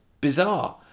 Bizarre